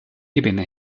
ebenen